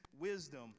wisdom